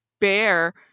bear